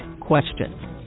question